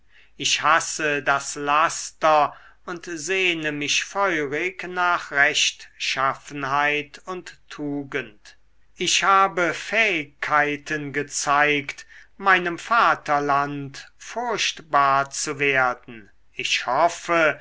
ich hasse das laster und sehne mich feurig nach rechtschaffenheit und tugend ich habe fähigkeiten gezeigt meinem vaterland furchtbar zu werden ich hoffe